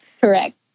Correct